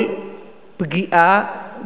כל פגיעה,